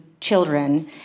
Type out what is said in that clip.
children